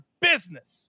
business